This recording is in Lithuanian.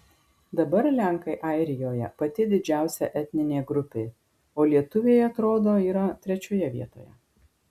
dabar lenkai airijoje pati didžiausia etninė grupė o lietuviai atrodo yra trečioje vietoje